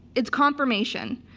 it's confirmation,